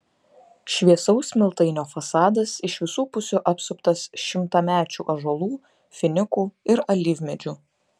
šviesaus smiltainio fasadas iš visų pusių apsuptas šimtamečių ąžuolų finikų ir alyvmedžių